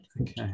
okay